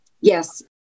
Yes